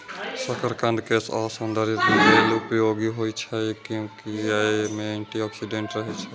शकरकंद केश आ सौंदर्य लेल उपयोगी होइ छै, कियैकि अय मे एंटी ऑक्सीडेंट रहै छै